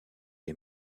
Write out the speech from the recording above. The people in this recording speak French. les